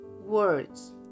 words